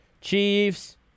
Chiefs